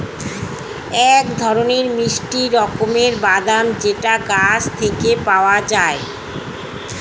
এক ধরনের মিষ্টি রকমের বাদাম যেটা গাছ থেকে পাওয়া যায়